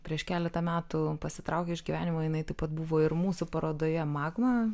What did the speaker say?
prieš keletą metų pasitraukė iš gyvenimo jinai taip pat buvo ir mūsų parodoje magma